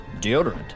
deodorant